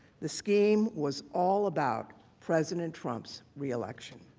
the scheme was all about president trump's reelection.